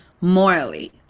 morally